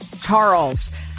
Charles